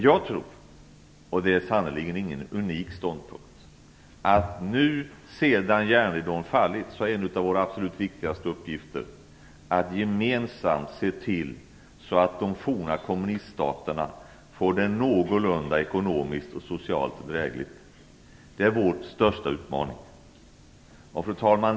Jag tror dock, och det är sannerligen ingen unik ståndpunkt, att en av våra absolut viktigaste uppgifter nu sedan järnridån har fallit är att gemensamt se till att de f.d. kommuniststaterna får det någorlunda ekonomiskt och socialt drägligt. Det är vår största utmaning. Fru talman!